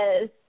yes